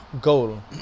goal